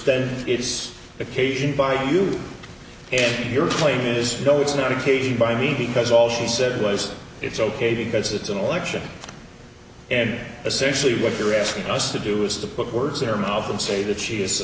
then it's occasioned by you and your claim is no it's not ok by me because all she said was it's ok because it's an election and essentially what you're asking us to do is to put words in her mouth and say that she is